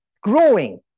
growing